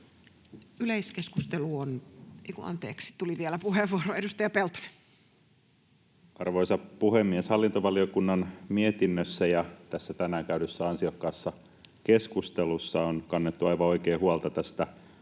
Yleiskeskustelu on... — Anteeksi, tuli vielä puheenvuoro. — Edustaja Peltonen. Arvoisa puhemies! Hallintovaliokunnan mietinnössä ja tässä tänään käydyssä ansiokkaassa keskustelussa on kannettu aivan oikein huolta tästä